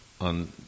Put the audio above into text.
On